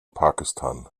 pakistan